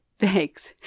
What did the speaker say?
Thanks